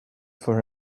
for